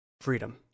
freedom